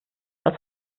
was